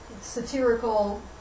satirical